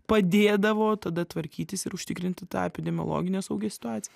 padėdavo tada tvarkytis ir užtikrinti tą epidemiologinę saugią situaciją